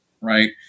Right